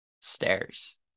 Stairs